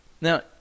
Now